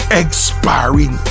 expiring